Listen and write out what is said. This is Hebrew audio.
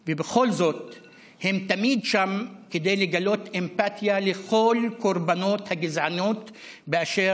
ובכל זאת הם תמיד שם כדי לגלות אמפתיה לכל קורבנות הגזענות באשר